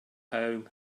home